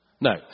No